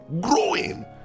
growing